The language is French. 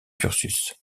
cursus